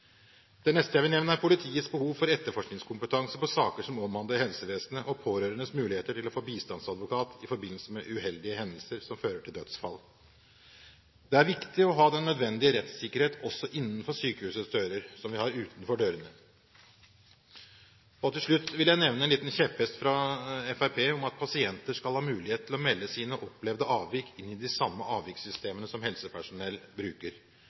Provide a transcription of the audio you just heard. Det neste jeg vil nevne, er politiets behov for etterforskningskompetanse på saker som omhandler helsevesenet og pårørendes muligheter til å få bistandsadvokat i forbindelse med uheldige hendelser som fører til dødsfall. Det er viktig å ha den nødvendige rettssikkerhet også innenfor sykehusets dører, som vi har utenfor dørene. Til slutt vil jeg nevne en liten kjepphest fra Fremskrittspartiet om at pasienter skal ha mulighet til å melde sine opplevde avvik inn i de samme avvikssystemene som helsepersonell bruker.